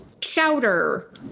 Chowder